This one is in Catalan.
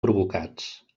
provocats